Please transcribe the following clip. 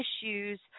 issues